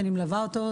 שאני מלווה אותו,